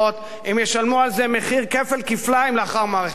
הם ישלמו על זה מחיר כפל כפליים לאחר מערכת הבחירות.